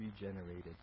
regenerated